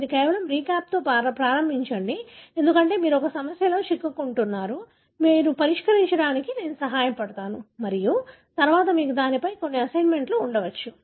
మీరు కేవలం రీక్యాప్తో ప్రారంభించండి ఎందుకంటే మీరు ఒక సమస్యలో చిక్కుకుంటున్నారు మీరు పరిష్కరించడానికి నేను మీకు సహాయపడతాను మరియు తరువాత మీకు దానిపై కొన్ని అసైన్మెంట్లు ఉండవచ్చు